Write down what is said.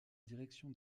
direction